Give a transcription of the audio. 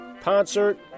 concert